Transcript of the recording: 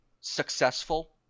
successful